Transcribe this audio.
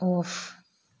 off